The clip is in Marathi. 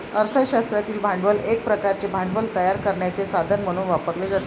अर्थ शास्त्रातील भांडवल एक प्रकारचे भांडवल तयार करण्याचे साधन म्हणून वापरले जाते